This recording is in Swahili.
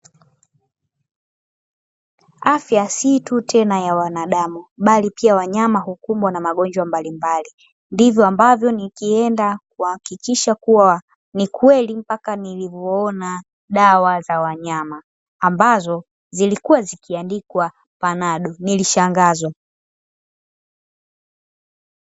Afya si tena ya wanadamu bali pia wanyama hukumbwa na magonjwa mbalimbali, ndivyo ambavyo nikaenda kuhakikisha ukweli nimeuona dawa zilikuwa zimeandikwa panado nilishangazwa.